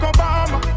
Obama